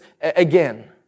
again